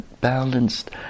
balanced